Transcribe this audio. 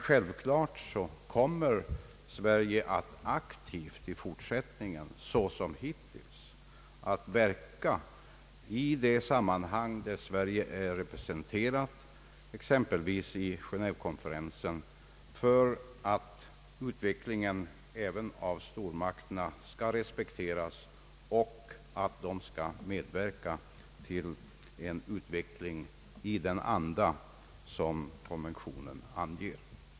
Självfallet kommer Sverige såsom hittills att i fortsättningen aktivt verka i de sammanhang där Sverige är representerat, exempelvis vid Genévekonferensen, för att avtalet även av stormakterna skall respekteras så att de skall medverka till en utveckling i den anda som konventionen anger.